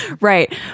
Right